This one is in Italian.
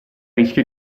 rischio